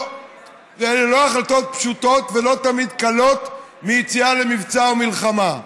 אלה לא החלטות פשוטות ולא תמיד קלות לעומת יציאה למבצע או מלחמה.